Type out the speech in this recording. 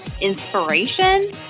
inspiration